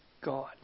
God